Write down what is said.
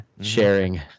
sharing